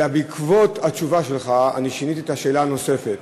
אלא שבעקבות התשובה שלך שיניתי את השאלה הנוספת.